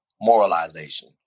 moralization